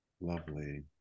Lovely